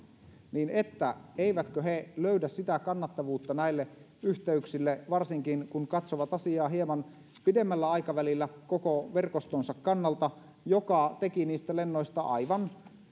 että eivätkö he löydä sitä kannattavuutta näille yhteyksille varsinkin kun katsovat asiaa hieman pidemmällä aikavälillä koko verkostonsa kannalta joka teki niistä lennoista aivan